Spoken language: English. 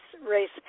race